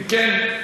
אם כן,